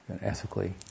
ethically